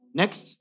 next